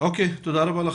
תודה רבה.